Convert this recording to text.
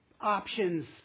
options